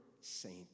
saint